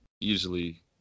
usually